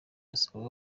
asaba